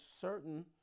certain